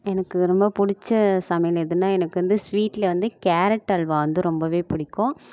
எனக்கு ரொம்ப புடிச்ச சமையல் எதுனால் எனக்கு வந்து ஸ்வீட்டில் வந்து கேரட் அல்வா வந்து ரொம்பவே பிடிக்கும்